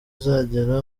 izagera